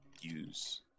use